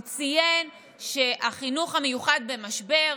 הוא ציין שהחינוך המיוחד במשבר,